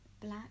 black